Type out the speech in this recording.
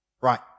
Right